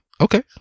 Okay